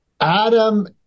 Adam